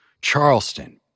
Charleston